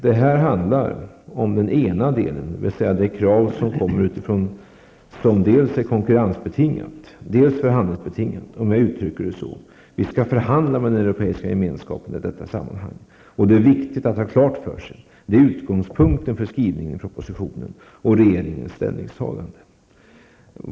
Det handlar här dels om ett konkurrensbetingat krav, dels om ett förhandlingsbetingat krav. Vi skall förhandla med Europeiska gemenskapen i detta sammanhang, och det är utgångspunkten för skrivningen i propositionen och regeringens ställningstagande.